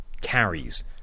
carries